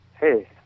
Hey